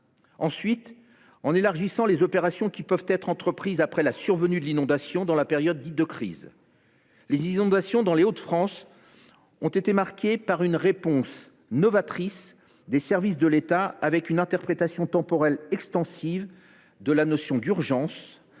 proposé d’élargir les opérations qui peuvent être entreprises après la survenue de l’inondation, dans la période dite de crise. Les inondations dans les Hauts de France ont donné lieu à une réponse novatrice des services de l’État, avec une interprétation temporelle extensive de la notion « d’urgence